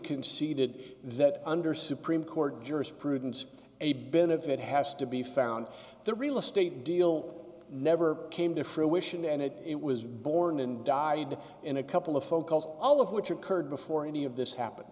conceded that under supreme court jurisprudence a benefit has to be found the real estate deal never came to fruition and it was born and died in a couple of phone calls all of which occurred before any of this happened